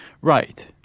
right